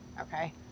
Okay